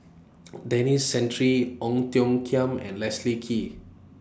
Denis Santry Ong Tiong Khiam and Leslie Kee